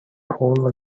hole